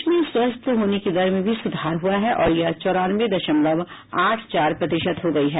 देश में स्वस्थ होने की दर में भी सुधार हुआ है और यह चौरानवे दशमलव आठ चार प्रतिशत हो गई है